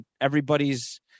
everybody's